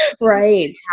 Right